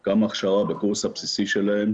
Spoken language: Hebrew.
גם הכשרה בקורס הבסיסי שלהם